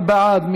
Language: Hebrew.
מי בעד?